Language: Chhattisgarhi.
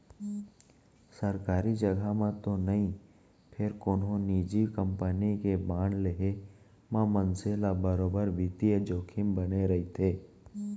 सरकारी जघा म तो नई फेर कोनो निजी कंपनी के बांड लेहे म मनसे ल बरोबर बित्तीय जोखिम बने रइथे